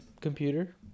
computer